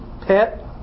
pet